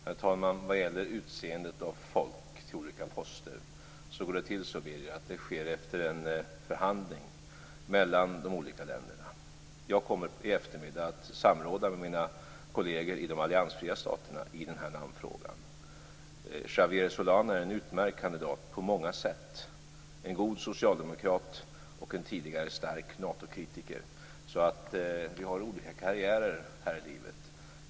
Herr talman! Vad gäller detta med att utse folk till olika poster går det till så, Birger, att det sker efter en förhandling mellan de olika länderna. Jag kommer i eftermiddag att samråda med mina kolleger i de alliansfria staterna i namnfrågan. Javier Solana är en utmärkt kandidat på många sätt. Han är en god socialdemokrat och en tidigare stark Natokritiker, så vi har olika karriärer här i livet.